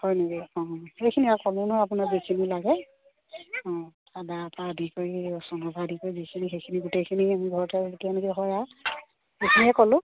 হয় নেকি অঁ সেইখিনি আৰু ক'লো নহয় আপোনাক যিখিনি লাগে অঁ আদা পৰা আদি কৰি ৰচুনৰ পৰা আদি কৰি যিখিনি সেইখিনি গোটেইখিনি আমি ঘৰতে যেতিয়া এনেকৈ হয় আৰু সেইখিনিয়ে ক'লোঁ